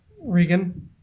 regan